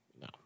No